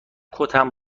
کتم